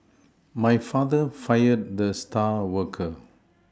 my father fired the star worker